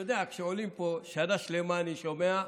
אתה יודע, כשעולים פה, שנה שלמה אני שומע: